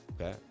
Okay